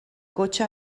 cotxe